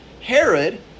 Herod